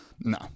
No